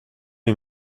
les